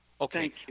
Okay